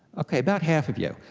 okay, about half of you.